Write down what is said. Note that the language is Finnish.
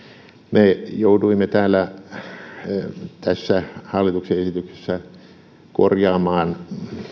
me jouduimme tässä hallituksen esityksessä korjaamaan